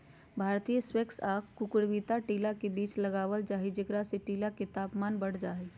भारतीय स्क्वैश या कुकुरविता टीला के बीच लगावल जा हई, जेकरा से टीला के तापमान बढ़ जा हई